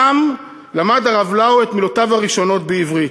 שם למד הרב לאו את מילותיו הראשונות בעברית: